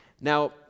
Now